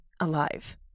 alive